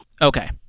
Okay